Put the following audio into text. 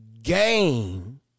Game